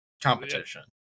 competition